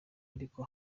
ariko